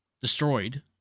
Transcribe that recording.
destroyed